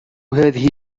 هذه